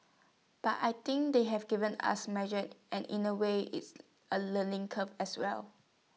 but I think they've given us measures and in A way it's A learning curve as well